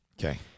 Okay